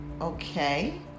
okay